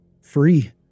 free